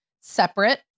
separate